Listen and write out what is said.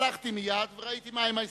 הלכתי מייד וראיתי מהן ההסתייגויות.